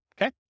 Okay